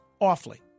awfully